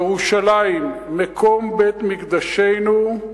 ירושלים, מקום בית-מקדשנו,